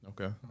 Okay